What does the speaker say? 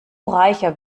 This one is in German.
reicher